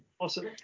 Awesome